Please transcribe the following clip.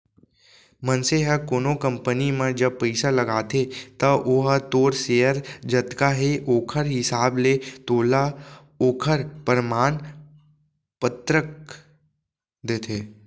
मनसे ह कोनो कंपनी म जब पइसा लगाथे त ओहा तोर सेयर जतका हे ओखर हिसाब ले तोला ओखर परमान पतरक देथे